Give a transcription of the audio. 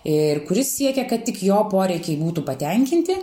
ir kuris siekia kad tik jo poreikiai būtų patenkinti